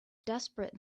desperate